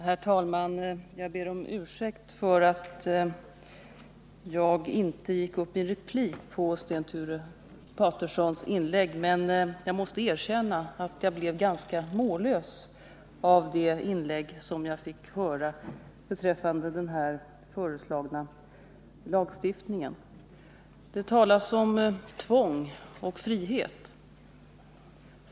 Herr talman! Jag ber om ursäkt för att jag inte gick upp i en replik på Sten Sture Patersons inlägg, men jag måste erkänna att vad han sade om den här föreslagna lagstiftningen gjorde mig ganska mållös. ; Det talas om tvång och frihet.